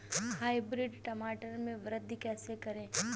Hybrid टमाटर में वृद्धि कैसे करें?